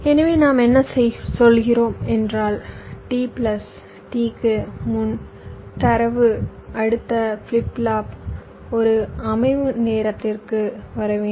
எனவே நாம் என்ன சொல்கிறோம் என்றால் t பிளஸ் T க்கு முன் தரவு அடுத்த ஃபிளிப் ஃப்ளாப் ஒரு அமைவு நேரத்திற்கு வர வேண்டும்